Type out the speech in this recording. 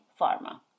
pharma